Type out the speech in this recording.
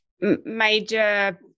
major